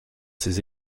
ses